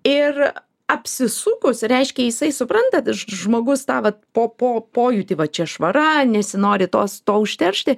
ir apsisukus reiškia jisai suprantat žmogus tą vat po po pojūtį va čia švara nesinori tos to užteršti